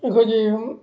ꯑꯩꯈꯣꯏꯒꯤ